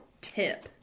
tip